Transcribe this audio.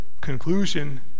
conclusion